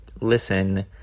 listen